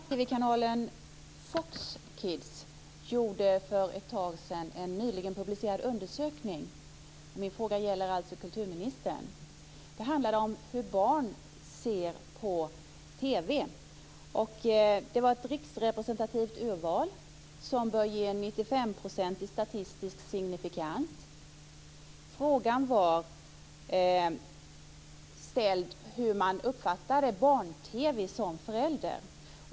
Herr talman! Barn-TV-kanalen Fox Kids genomförde för ett tag sedan en nyligen publicerad undersökning. Min fråga är alltså till kulturministern. Den handlade om hur barn ser på TV. Det var ett riksrepresentativt urval som bör ge 95 % statistisk signifikans. Frågan gällde hur man uppfattade barn-TV som förälder.